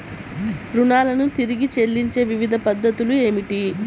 రుణాలను తిరిగి చెల్లించే వివిధ పద్ధతులు ఏమిటి?